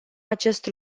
acest